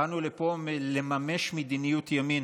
באנו לפה לממש מדיניות ימין.